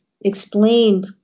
explained